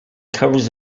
covers